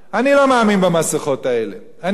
אני עוד זוכר שכמעט חנקנו את הילדים